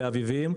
באביבים,